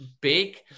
big